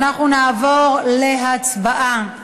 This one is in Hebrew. אנחנו נעבור להצבעה.